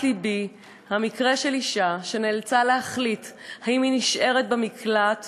לבי מקרה של אישה שנאלצה להחליט אם היא נשארת במקלט